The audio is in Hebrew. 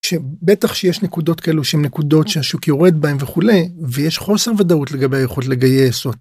שבטח שיש נקודות כאלו שהן נקודות שהשוק יורד בהן וכולי ויש חוסר ודאות לגבי היכולת לגייס עוד..